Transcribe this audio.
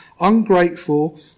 ungrateful